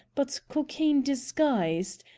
but cocaine disguised.